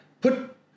put